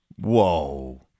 Whoa